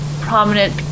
prominent